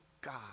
God